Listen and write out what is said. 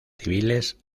civiles